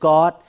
God